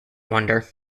wonder